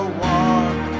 walk